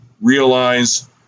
realize